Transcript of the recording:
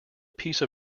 piece